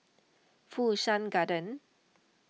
Fu Shan Garden